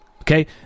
Okay